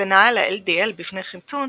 הגנה על ה-LDL בפני חמצון